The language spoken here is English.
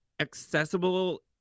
accessible